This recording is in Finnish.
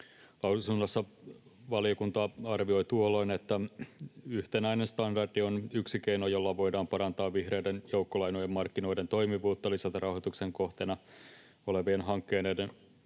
Lausunnossa valiokunta arvioi tuolloin, että yhtenäinen standardi on yksi keino, jolla voidaan parantaa vihreiden joukkolainojen markkinoiden toimivuutta, lisätä rahoituksen kohteena olevien hankkeiden